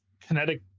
kinetic